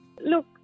Look